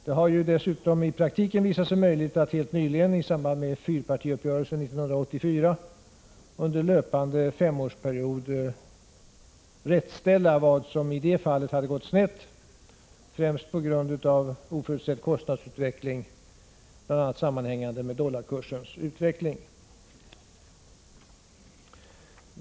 Det har ju dessutom i praktiken visat sig möjligt att helt nyligen, i samband med fyrpartiuppgörelsen 1984, under löpande femårsperiod ”rättställa” vad som i det fallet hade gått snett, främst på grund utav oförutsedd kostnadsutveckling som bl.a. sammanhängde med dollarkursens utveckling.